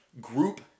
group